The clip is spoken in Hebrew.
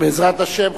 בעזרת השם,